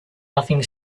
nothing